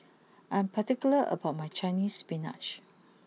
I am particular about my Chinese spinach